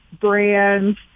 brands